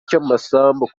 cy’amasambu